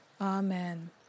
Amen